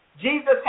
Jesus